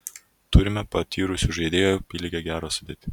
turime patyrusių žaidėjų apylygę gerą sudėtį